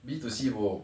B two C bo